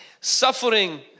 suffering